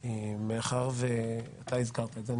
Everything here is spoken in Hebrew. מאחר ואתה הזכרת את זה,